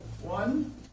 One